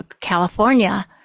California